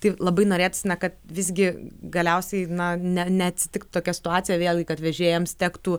tai labai norėtųsi na kad visgi galiausiai na ne neatsitiktų tokia situacija vėl kad vežėjams tektų